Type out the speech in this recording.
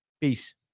Peace